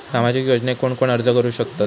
सामाजिक योजनेक कोण कोण अर्ज करू शकतत?